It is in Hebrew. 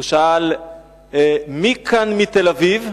ושאל שם הרמטכ"ל: מי כאן מתל-אביב?